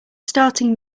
starting